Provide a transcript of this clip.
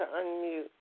unmute